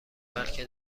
بلکه